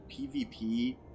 pvp